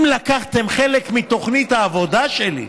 אם לקחתם חלק מתוכנית העבודה שלי,